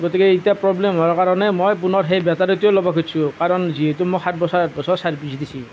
গতিকে এতিয়া প্ৰব্লেম হোৱাৰ কাৰণে মই পুনৰ সেই বেটাৰীটোৱে ল'ব খুজিছোঁ কাৰণ যিহেতু মোক সাত বছৰ আঠ বছৰ ছাৰ্ভিচ দিছে